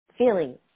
Feeling